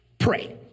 Pray